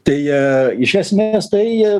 tai iš esmės tai